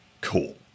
Cool